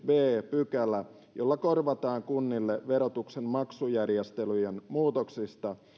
b pykälä jolla korvataan kunnille verotuksen maksujärjestelyjen muutoksista